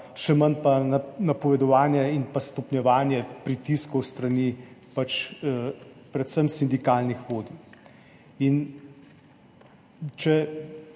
še manj pa napovedovanje in pa stopnjevanje pritiskov s strani predvsem sindikalnih vodij. Če